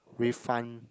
with fun